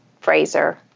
Fraser